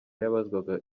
yabazwaga